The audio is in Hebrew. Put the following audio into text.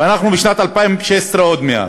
ואנחנו בשנת 2016 עוד מעט.